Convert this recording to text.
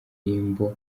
ndirimbo